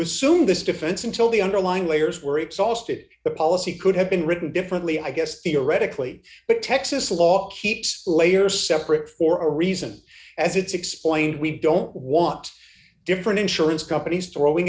assume this defense until the underlying layers were exhausted the policy could have been written differently i guess theoretically but texas law keeps layer separate for a reason as it's explained we don't want different insurance companies throwing